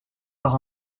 par